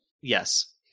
yes